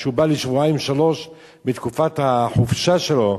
כשהוא בא לשבועיים-שלושה מתקופת החופשה שלו,